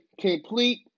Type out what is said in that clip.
complete